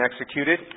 executed